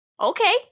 Okay